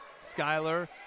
Skyler